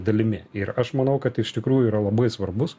dalimi ir aš manau kad iš tikrųjų yra labai svarbus